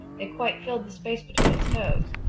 they quite filled the space between his toes.